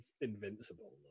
invincible